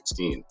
2016